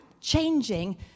changing